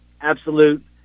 absolute